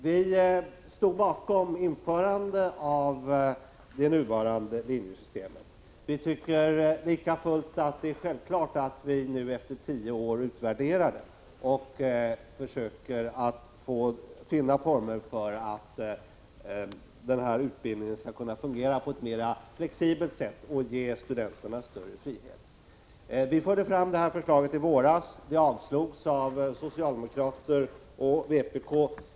Vi stod bakom införandet av det nuvarande linjesystemet, men vi tycker likafullt att man nu efter tio år bör utvärdera det och försöka finna former som gör att utbildningen skall kunna fungera på ett mer flexibelt sätt och ge studenterna större frihet. Vi framförde detta förslag i våras. Det avslogs av socialdemokrater och vpk-are.